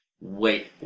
wait